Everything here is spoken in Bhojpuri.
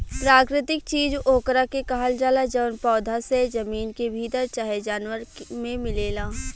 प्राकृतिक चीज ओकरा के कहल जाला जवन पौधा से, जमीन के भीतर चाहे जानवर मे मिलेला